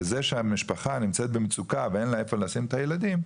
וזה שהמשפחה נמצאת במצוקה ואין לה איפה לשים את הילדים,